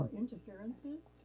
interferences